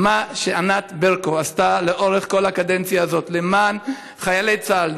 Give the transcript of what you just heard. על מה שענת ברקו עשתה לאורך כל הקדנציה הזאת למען חיילי צה"ל,